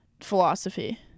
philosophy